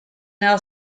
now